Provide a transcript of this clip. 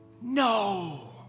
no